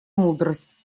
мудрость